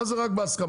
מה זה רק בהסכמה?